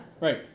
right